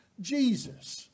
Jesus